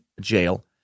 jail